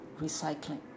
recycling